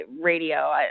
radio